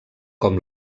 com